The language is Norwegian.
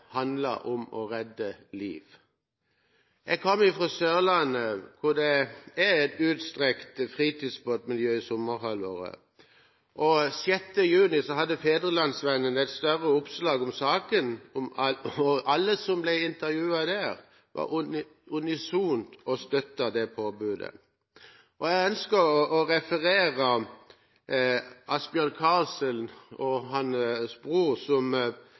handler om å redde liv. Jeg kommer fra Sørlandet hvor det er et utstrakt fritidsbåtmiljø i sommerhalvåret. 6. juni hadde Fædrelandsvennen et større oppslag om saken, og alle som ble intervjuet der, støttet unisont det påbudet. Jeg ønsker å referere Asbjørn Karlsen og hans bror, som